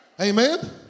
Amen